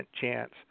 chance